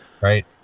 Right